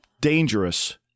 dangerous